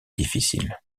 difficile